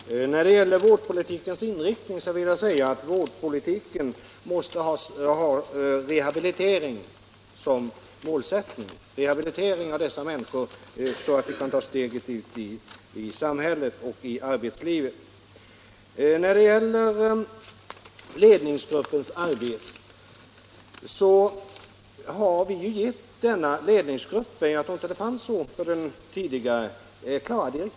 Herr talman! När det gäller vårdpolitikens inriktning vill jag säga att vårdpolitiken måste ha som målsättning en rehabilitering av dessa människor så att de kan ta steget ut i samhället och i arbetslivet. Vad sedan gäller ledningsgruppens arbete har vi givit denna klara direktiv för vad den skall göra, vilket jag inte tror att den tidigare gruppen hade.